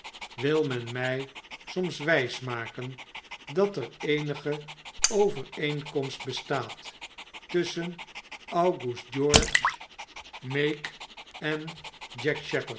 wil men mfl soms wjjs maken dat er eenige overeenkomst bestaat tusschen august george meek en